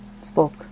spoke